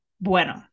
Bueno